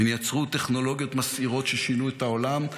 הן יצרו טכנולוגיות מסעירות ששינו את העולם,